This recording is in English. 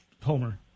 homer